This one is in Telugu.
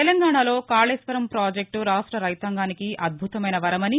తెలంగాణలో కాళేశ్వరం పాజెక్టు రాష్ట రైతాంగానికి అద్భుతమైన వరమని